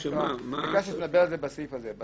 כדאי שנדבר על זה בסעיף הזה.